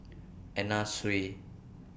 Anna Sui